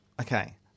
Okay